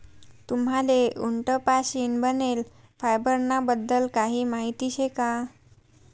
तुम्हले उंट पाशीन बनेल फायबर ना बद्दल काही माहिती शे का?